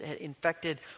infected